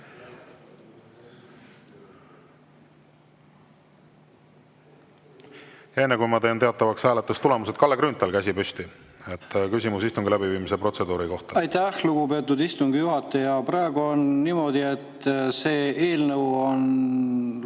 Enne kui ma teen teatavaks hääletamistulemused, on Kalle Grünthalil käsi püsti, küsimus istungi läbiviimise protseduuri kohta. Aitäh, lugupeetud istungi juhataja! Praegu on niimoodi, et see eelnõu läheb